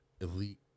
elite